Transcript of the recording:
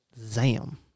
Zam